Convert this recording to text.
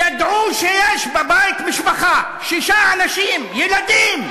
וידעו שיש בבית משפחה, שישה אנשים, ילדים.